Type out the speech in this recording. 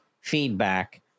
feedback